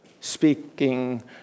speaking